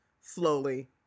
slowly